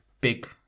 big